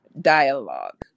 dialogue